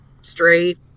straight